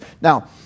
Now